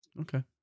okay